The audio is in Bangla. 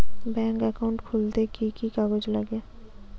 ব্যাঙ্ক একাউন্ট খুলতে কি কি কাগজ লাগে?